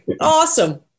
Awesome